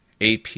AP